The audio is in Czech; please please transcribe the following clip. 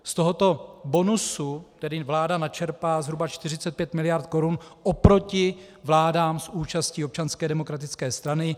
Z tohoto bonusu tedy vláda načerpá zhruba 45 mld. korun oproti vládám s účastí Občanské demokratické strany.